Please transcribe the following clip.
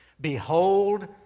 Behold